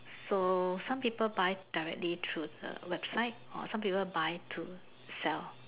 so some people buy directly through the website or some people buy to sell